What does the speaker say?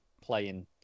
playing